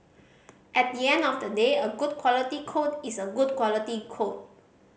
at the end of the day a good quality code is a good quality code